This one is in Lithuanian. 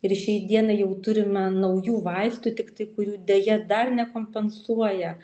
ir šiai dienai jau turime naujų vaistų tiktai kurių deja dar nekompensuoja